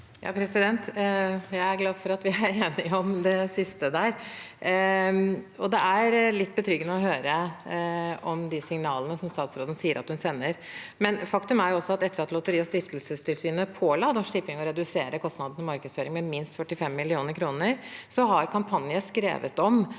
Jeg er glad for at vi er enige om det siste der. Det er litt betryggende å høre om de signalene statsråden sier at hun sender, men faktum er også at etter at Lotteri- og stiftelsestilsynet påla Norsk Tipping å redusere kostnadene til markedsføring med minst 45 mill. kr, har Kampanje skrevet om